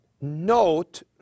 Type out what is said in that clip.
Note